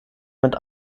mit